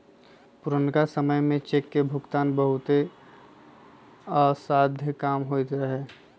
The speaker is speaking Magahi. पुरनका समय में चेक के भुगतान बहुते असाध्य काम होइत रहै